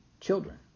children